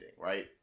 right